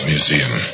Museum